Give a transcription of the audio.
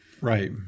Right